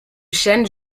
chêne